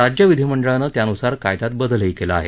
राज्य विधिमंडळानं त्यानुसार कायद्यात बदलही केला आहे